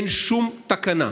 אין שום תקנה,